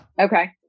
Okay